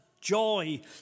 joy